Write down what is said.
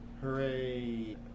Hooray